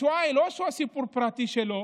השואה היא לא סיפור פרטי שלו,